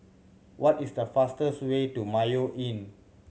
what is the fastest way to Mayo Inn